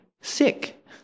sick